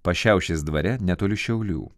pašiaušės dvare netoli šiaulių